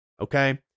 okay